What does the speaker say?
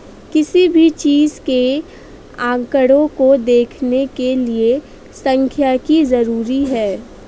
किसी भी चीज के आंकडों को देखने के लिये सांख्यिकी जरूरी हैं